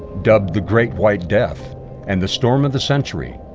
dubbed the great white death and the storm of the century,